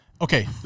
okay